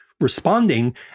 responding